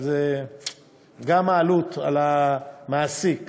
אבל גם העלות על המעסיק